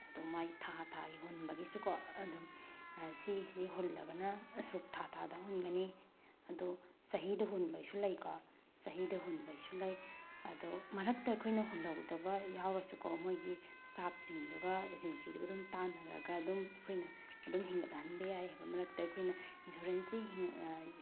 ꯑꯗꯨ ꯃꯥꯏ ꯊꯥ ꯊꯥꯒꯤ ꯍꯨꯟꯕꯒꯤꯁꯨꯀꯣ ꯑꯗꯨꯝ ꯁꯤ ꯁꯤ ꯍꯨꯜꯂꯒꯅ ꯑꯁꯨꯛ ꯊꯥ ꯊꯥꯗ ꯍꯨꯟꯒꯅꯤ ꯑꯗꯨ ꯆꯍꯤꯗ ꯍꯨꯟꯕꯩꯁꯨ ꯂꯩꯀꯣ ꯆꯍꯤꯗ ꯍꯨꯟꯕꯩꯁꯨ ꯂꯩ ꯑꯗꯨ ꯃꯔꯛꯇ ꯑꯩꯈꯣꯏꯅ ꯍꯨꯜꯍꯧꯗꯕ ꯌꯥꯎꯔꯁꯨꯀꯣ ꯃꯣꯏꯒꯤ ꯏꯁꯇꯥꯞꯁꯤꯡꯗꯨꯒ ꯑꯦꯖꯦꯟꯁꯤꯗꯨꯒ ꯑꯗꯨꯝ ꯇꯥꯅꯔꯒ ꯑꯗꯨꯝ ꯑꯩꯈꯣꯏꯅ ꯑꯗꯨꯝ ꯍꯤꯡꯒꯠꯍꯟꯕ ꯌꯥꯏꯌꯦꯕ ꯃꯔꯛꯇ ꯑꯩꯈꯣꯏꯅ ꯏꯟꯁꯨꯔꯦꯟꯁꯁꯤ